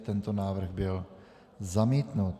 Tento návrh byl zamítnut.